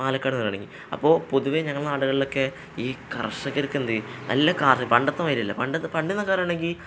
പാലക്കാടാണ് അപ്പോള് പൊതുവേ ഞങ്ങളുടെ നാടുകളിലൊക്കെ ഈ കർഷകർക്കെന്താണ് നല്ല പണ്ടത്തെ മാതിരിയല്ല പണ്ടൊക്കെ പണ്ടെന്നൊക്കെ പറയുകയാണെങ്കില്